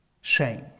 shame